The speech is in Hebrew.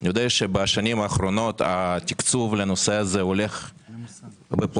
אני יודע שבשנים האחרונות התקצוב לנושא הזה הולך ופוחת.